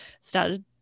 started